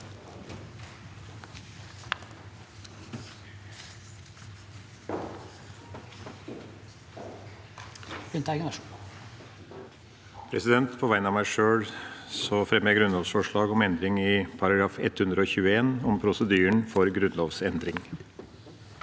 På vegne av meg sjøl fremmer jeg grunnlovsforslag om endring i § 121 om prosedyren for grunnlovsendring.